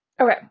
Okay